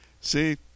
see